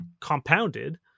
compounded